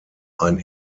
ein